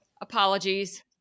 Apologies